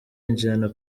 yinjirana